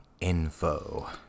info